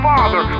Father